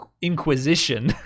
Inquisition